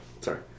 Sorry